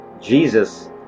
Jesus